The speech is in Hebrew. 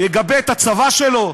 יגבה את הצבא שלו,